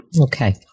Okay